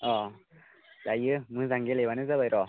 अह जायो मोजां गेलेबानो जाबाय र'